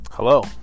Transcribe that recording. Hello